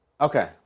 Okay